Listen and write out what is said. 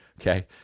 Okay